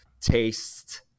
taste